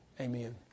Amen